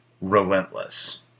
relentless